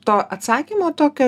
to atsakymo tokio